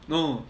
no